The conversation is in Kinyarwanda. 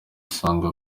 usanga